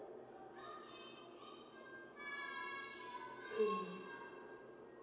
mm